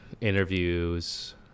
interviews